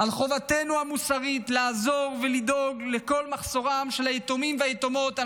לחובתנו המוסרית לעזור ולדאוג לכל מחסורם של היתומים והיתומות,